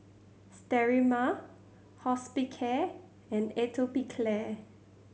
Sterimar Hospicare and Atopiclair